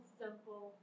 simple